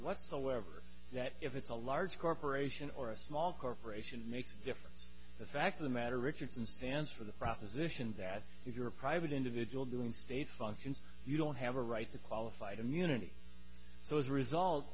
whatsoever that if it's a large corporation or a small corporation makes a difference the fact of the matter richardson stands for the proposition that if you're a private individual doing state functions you don't have a right to qualified immunity so as a result